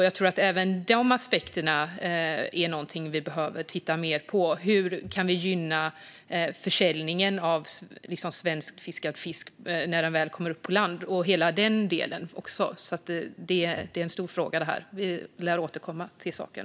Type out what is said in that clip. Jag tror att även dessa aspekter är något som vi behöver titta mer på - hur vi kan gynna försäljningen av svenskfiskad fisk när den väl kommer upp på land. Det gäller hela den delen också. Detta är en stor fråga, och vi lär återkomma till saken.